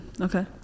okay